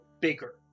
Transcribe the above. bigger